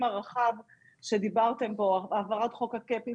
הרחב שדיברתם עליו: העברת חוק הקאפ,